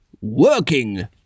Working